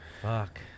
Fuck